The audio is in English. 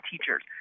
teachers